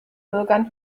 bürgern